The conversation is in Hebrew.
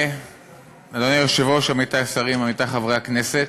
אדוני היושב-ראש, עמיתי השרים, עמיתי חברי הכנסת,